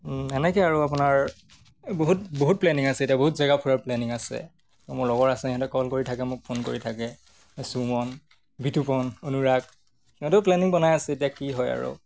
এনেকৈ আৰু আপোনাৰ বহুত বহুত প্লেনিং আছে এতিয়া বহুত জেগা ফুৰা প্লেনিং আছে মোৰ লগৰ আছে সিহঁতে কল কৰি থাকে মোক ফোন কৰি থাকে চুমন বিতুপন অনুৰাগ সিহঁতেও প্লেনিং বনাই আছে এতিয়া কি হয় আৰু